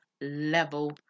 level